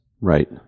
Right